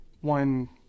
one